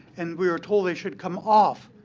and we were told they should come off.